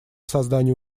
создание